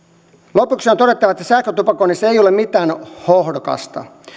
lopuksi on todettava että sähkötupakoinnissa ei ole mitään hohdokasta